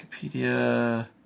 Wikipedia